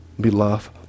beloved